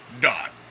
dot